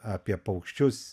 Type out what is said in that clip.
apie paukščius